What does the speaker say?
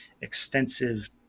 extensive